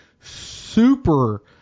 super